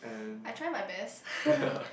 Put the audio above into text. I try my best